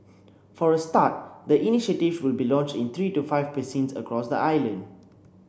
for a start the initiative will be launched in three to five precincts across the island